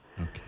Okay